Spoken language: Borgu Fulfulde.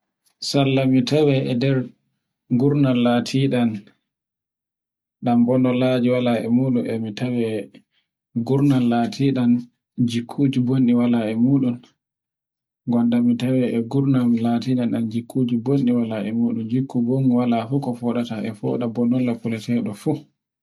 sarla mi tawe e nder gutnan latiɗan ɗan bonolajo wala e muɗum bano tawe gurnan latiɗan jikkuji bonɗe wala e muɗum. Gonda mi tawe e gurnan latinɗan ɗan jiffonde wale e jikkunɗe, wala ku ko foɗaata seɗo fu.